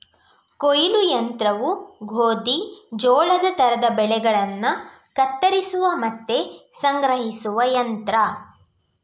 ಕೊಯ್ಲು ಯಂತ್ರವು ಗೋಧಿ, ಜೋಳದ ತರದ ಬೆಳೆಗಳನ್ನ ಕತ್ತರಿಸುವ ಮತ್ತೆ ಸಂಗ್ರಹಿಸುವ ಯಂತ್ರ